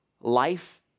life